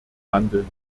handeln